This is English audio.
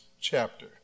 chapter